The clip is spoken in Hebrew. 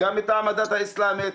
גם מטעם הדת האיסלמית,